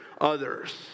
others